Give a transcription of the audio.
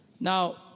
Now